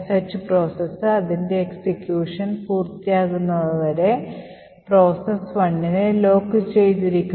Sh process അതിന്റെ execution പൂർത്തിയാകുന്നതുവരെ process "1"നെ ലോക്ക് ചെയ്തിരിക്കുന്നു